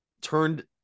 turned